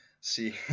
see